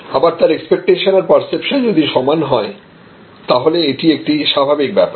আবার তার এক্সপেক্টেশন আর পার্সেপশন যদি সমান হয় তাহলে এটি একটি স্বাভাবিক ব্যাপার